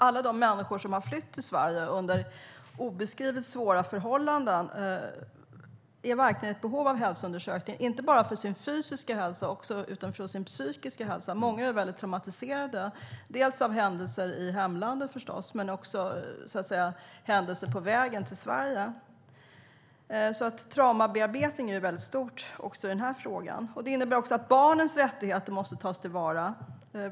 Alla de människor som har flytt till Sverige under obeskrivligt svåra förhållanden är verkligen i behov av en hälsoundersökning. Det gäller inte bara den fysiska hälsan, utan också den psykiska hälsan. Många är förstås väldigt traumatiserade av händelser i hemlandet men också av händelser på vägen till Sverige. Traumabearbetning är alltså någonting stort i den här frågan. Barnens rättigheter måste tas till vara.